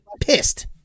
pissed